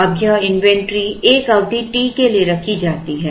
अब यह इन्वेंटरी एक अवधि T के लिए रखी जाती है